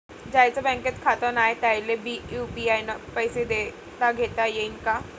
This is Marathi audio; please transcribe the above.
ज्याईचं बँकेत खातं नाय त्याईले बी यू.पी.आय न पैसे देताघेता येईन काय?